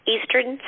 Eastern